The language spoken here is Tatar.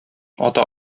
ата